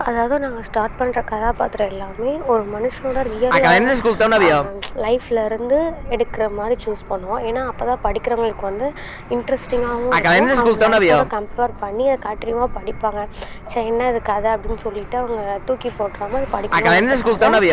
அதாவது நாங்கள் ஸ்டார்ட் பண்ணுற கதாபாத்திரம் எல்லாமே ஒரு மனுஷனோட ரியலான லைஃப்ல இருந்து எடுக்கிற மாதிரி சூஸ் பண்ணுவோம் ஏன்னா அப்போ தான் படிக்கிறவங்களுக்கு வந்து இன்ட்ரெஸ்டிங்காகவும் இருக்கும் அவங்க லைஃப்போட கம்பேர் பண்ணி அதை கண்டினியூவாக படிப்பாங்க ச்சே என்ன இது கதை அப்படின்னு சொல்லிட்டு அவங்க அதை தூக்கி போட்றாமல் அதை படிக்கணுங்கிறத்துக்காக